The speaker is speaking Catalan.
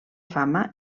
fama